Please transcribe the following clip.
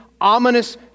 ominous